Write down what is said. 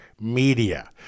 media